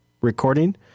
recording